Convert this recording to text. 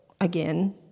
again